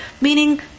meaning